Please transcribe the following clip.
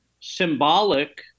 symbolic